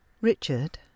Richard